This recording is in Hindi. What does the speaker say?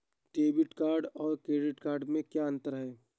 डेबिट और क्रेडिट में क्या अंतर है?